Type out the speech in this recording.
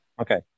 Okay